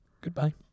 goodbye